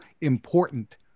important